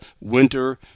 winter